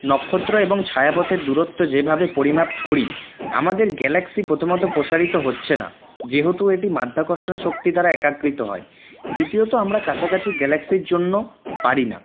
নক্ষত্র এবং ছায়াপথের দূরত্ব যেভাবে পরিমাপ করি আমাদের গ্যালাক্সি প্রথমত প্রসারিত হচ্ছেনা যেহেতু এটি মাধ্যাকর্ষণ শক্তি দ্বারা একাকৃত হয় দ্বিতীয়ত আমারা কাছাকাছি গ্যালাক্সির জন্য পারিনা